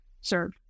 serve